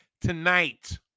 tonight